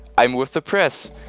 i'm with the press.